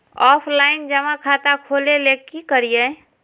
Offline जमा खाता खोले ले की करिए?